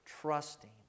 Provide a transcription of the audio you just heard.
trusting